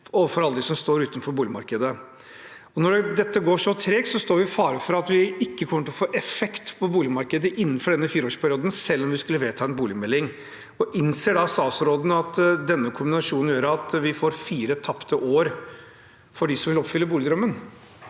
overfor alle dem som står utenfor boligmarkedet. Når dette går så tregt, står vi i fare for at det ikke kommer til å få effekt på boligmarkedet innenfor denne fireårsperioden selv om vi skulle vedta en boligmelding. Innser da statsråden at denne kombinasjonen gjør at vi får fire tapte år for dem som vil oppfylle boligdrømmen?